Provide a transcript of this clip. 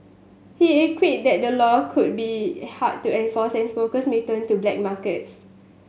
he quipped that the law could be hard to enforces and smokers may turn to black markets